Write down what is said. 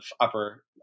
upper